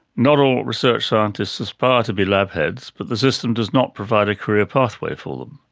not all research scientists aspire to be lab heads but the system does not provide a career pathway for them.